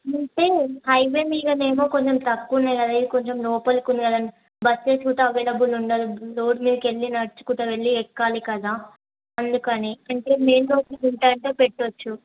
అంటే హైవే మీదనేమో కొంచెం తక్కువ ఉన్నాయి కదా ఇ కొంచెం లోపలకున్నాది కద బస్సెస్ కూడా అవైలబుల్ ఉండదు రోడ్ మీదకెళ్ళి నడుచుకుంటూ కూడా వెళ్ళి ఎక్కాలి కదా అందుకని అంటే మెయిన్ రోడ్ మీద ఉందంటే పెట్టచ్చు